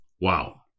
Wow